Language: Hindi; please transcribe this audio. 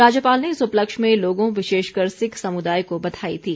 राज्यपाल ने इस उपलक्ष्य में लोगों विशेषकर सिख समुदाय को बधाई दी